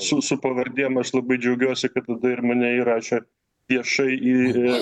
su su pavardėm aš labai džiaugiuosi kad tada ir mane įrašė viešai į